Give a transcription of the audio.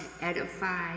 edify